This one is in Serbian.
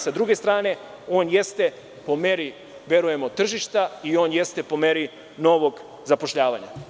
Sa druge strane, on jeste po meri, verujemo, tržišta i on jeste po meri novog zapošljavanja.